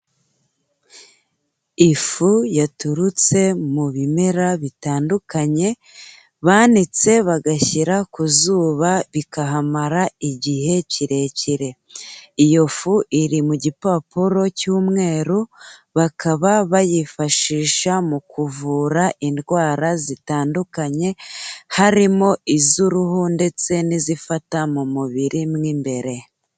Ifu yaturutse mu bimera bitandukanye, banitse bagashyira ku zuba bikahamara igihe kirekire, iyo fu iri mu gipapuro cy'umweru, bakaba bayifashisha mu kuvura indwara zitandukanye, harimo iz'uruhu ndetse n'izifata mu mubiri mo imbere.